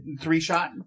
three-shot